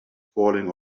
falling